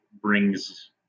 brings